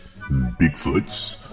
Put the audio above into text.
Bigfoots